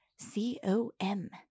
C-O-M